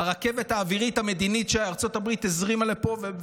הרכבת האווירית-מדינית שארצות הברית הזרימה לפה.